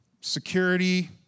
security